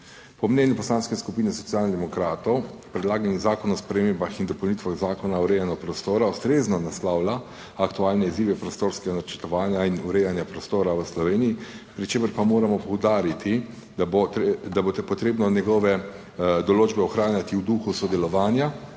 Po mnenju Poslanske skupine Socialnih demokratov predlagani Zakon o spremembah in dopolnitvah Zakona o urejanju prostora ustrezno naslavlja aktualne izzive prostorskega načrtovanja in urejanja prostora v Sloveniji, pri čemer pa moramo poudariti, da bo, da bo potrebno njegove določbe ohranjati v duhu sodelovanja,